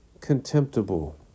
contemptible